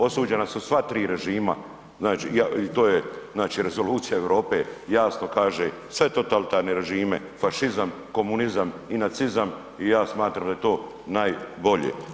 Osuđena su sva tri režima i to je Rezolucija Europe jasno kaže, sve totalitarne režime fašizam, komunizam i nacizam i ja smatram da je to najbolje.